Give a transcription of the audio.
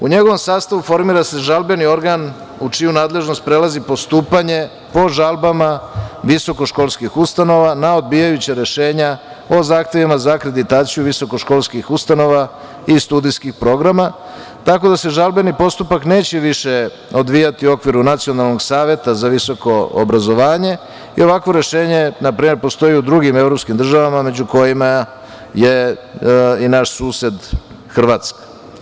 U njegovom sastavu formira se žalbeni organ u čiju nadležnost prelazi postupanje po žalbama visokoškolskih ustanova na odbijajuća rešenja o zahtevima za akreditaciju visokoškolskih ustanova i studijskih programa, tako da se žalbeni postupak neće više odvijati u okviru Nacionalnog saveta za visoko obrazovanje i ovakvo rešenje na primer postoji u drugim evropskim državama među kojima je i naš sused Hrvatska.